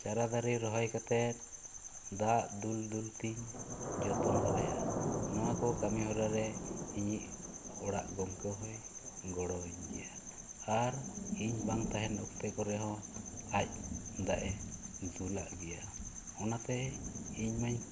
ᱪᱟᱨᱟ ᱫᱟᱨᱮ ᱨᱚᱦᱚᱭ ᱠᱟᱛᱮᱜ ᱫᱟᱜ ᱫᱩᱞ ᱫᱩᱞ ᱛᱤᱧ ᱡᱚᱛᱚᱱ ᱦᱟᱨᱟᱭᱟ ᱱᱚᱣᱟ ᱠᱚ ᱠᱟᱹᱢᱤ ᱦᱚᱨᱟ ᱨᱮ ᱤᱧ ᱨᱮᱱ ᱚᱲᱟᱜ ᱜᱚᱢᱠᱮ ᱦᱚᱸᱭ ᱜᱚᱲᱚᱣᱟᱹᱧ ᱜᱤᱭᱟ ᱟᱨ ᱤᱧ ᱵᱟᱝ ᱛᱟᱦᱮᱱ ᱚᱠᱛᱮ ᱠᱚᱨᱮ ᱦᱚᱸ ᱟᱡ ᱫᱟᱜ ᱮ ᱫᱩᱞᱟᱜ ᱜᱤᱭᱟ ᱚᱱᱟ ᱛᱮ ᱤᱧ ᱢᱟᱹᱧ